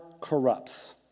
corrupts